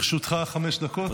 לרשותך חמש דקות, בבקשה.